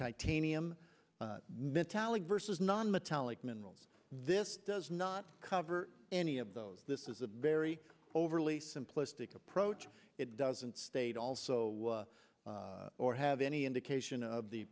titanium mentality versus nonmetallic minerals this does not cover any of those this is a very overly simplistic approach it doesn't state also or have any indication of the